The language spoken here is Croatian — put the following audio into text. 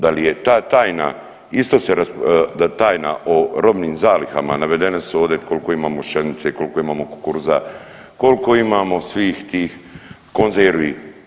Da li je ta tajna isto, da tajna o robnim zalihama navedene su ovdje koliko imamo pšenice, koliko imamo kukuruza, koliko imamo svih tih konzervi.